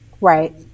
Right